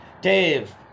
dave